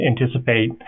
anticipate